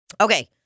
Okay